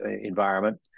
environment